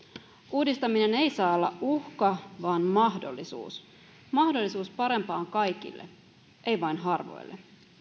uudistaminen ei saa olla uhka vaan mahdollisuus mahdollisuus parempaan kaikille ei vain harvoille